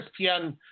ESPN